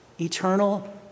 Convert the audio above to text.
eternal